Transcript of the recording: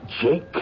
Jake